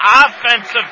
offensive